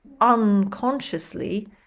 unconsciously